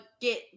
get